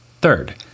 Third